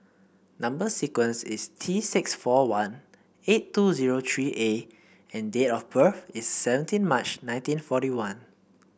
number sequence is T six four one eight two zero three A and date of birth is seventeen March nineteen forty one